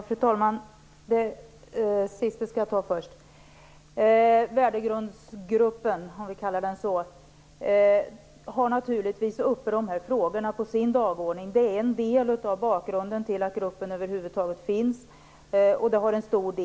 Fru talman! Jag skall ta upp det sistnämnda först. Den s.k. värdegrundsgruppen har naturligtvis dessa frågor på sin dagordning. Det är en del av bakgrunden till att gruppen över huvud taget finns. Frågorna utgör där en stor del.